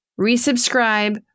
resubscribe